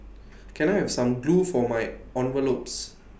can I have some glue for my envelopes